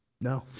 No